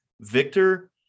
Victor